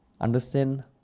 understand